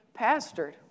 pastored